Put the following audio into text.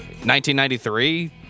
1993